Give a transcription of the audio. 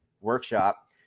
workshop